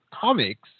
Comics